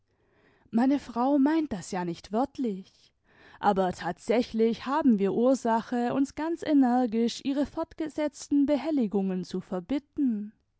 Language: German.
meine frau meint das ja nicht wörtlich aber tatsächlich haben wir ursache uns ganz energisch ihre fortgesetzten behelligungen zu verbitten